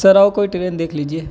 سر اور کوئی ٹرین دیکھ لیجیے